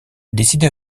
décidé